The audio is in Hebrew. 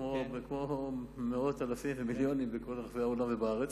כמו מאות אלפים ומיליונים בכל רחבי העולם ובארץ.